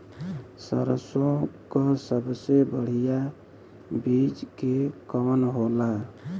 सरसों क सबसे बढ़िया बिज के कवन होला?